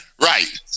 Right